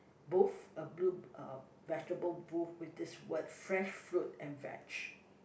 booth a blue uh vegetable booth with these word fresh fruit and veg